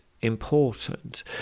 important